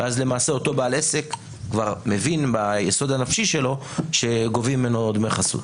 ואז למעשה אותו בעל עסק מבין ביסוד הנפשי שלו שגובים ממנו דמי חסות.